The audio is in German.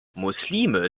muslime